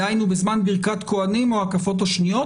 דהיינו בזמן ברכת כוהנים או הקפות שניות,